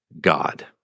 God